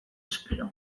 espero